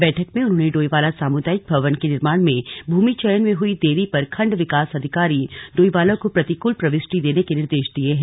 बैठक में उन्होंने डोईवाला सामुदायिक भवन के निर्माण में भूमि चयन में हुई देरी पर खंड विकास अधिकारी डोईवाला को प्रतिकूल प्रविष्टि देने के निर्देश दिए हैं